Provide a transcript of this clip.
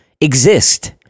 exist